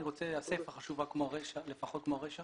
הסיפה חשובה לפחות כמו הרישה